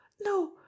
no